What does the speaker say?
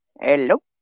Hello